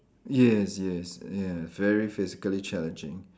yes yes yeah very physically challenging